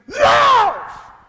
love